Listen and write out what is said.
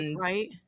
right